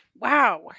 Wow